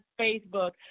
Facebook